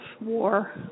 war